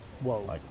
whoa